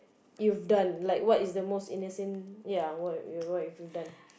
you've done like what is the most innocent ya what you what have you done